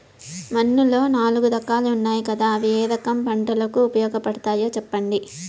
మన్నులో నాలుగు రకాలు ఉన్నాయి కదా అవి ఏ రకం పంటలకు ఉపయోగపడతాయి చెప్పండి?